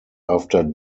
after